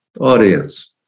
audience